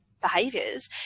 behaviors